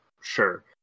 sure